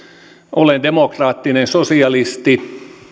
olen demokraattinen sosialisti